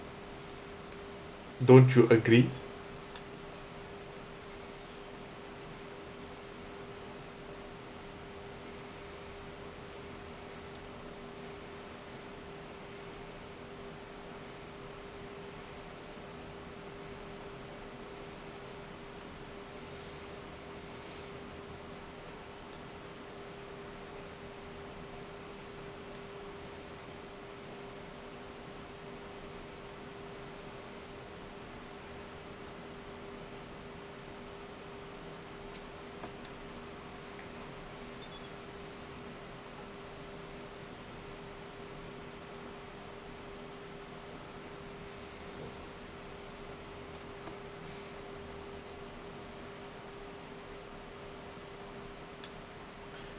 don't you agree